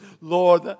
Lord